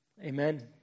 Amen